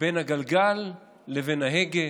בין הגלגל לבין ההגה,